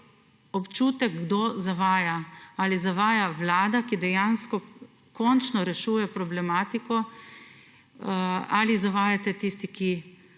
občutek kdo zavaja. Ali zavaja Vlada, ki dejansko končno rešuje problematiko ali zavajate tisti, ki